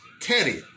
Teddy